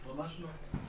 ממש לא.